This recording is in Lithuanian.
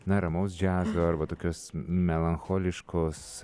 na ramaus džiazo arba tokios melancholiškos